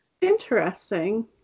Interesting